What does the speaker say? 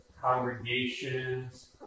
congregations